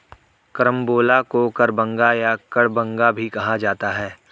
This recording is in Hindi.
करम्बोला को कबरंगा या कबडंगा भी कहा जाता है